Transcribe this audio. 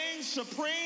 supreme